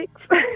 six